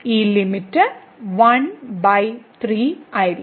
ഈ ലിമിറ്റ് 13 ആയിരിക്കും